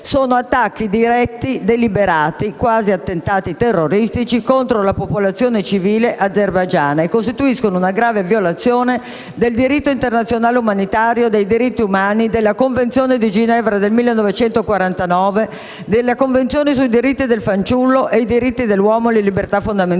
sono attacchi diretti e deliberati, quasi attentati terroristici, contro la popolazione civile azerbaigiana e costituiscono una grave violazione del diritto internazionale umanitario e dei diritti umani, della Convenzione di Ginevra del 1949, della Convenzione sui diritti del fanciullo e della Convenzione per la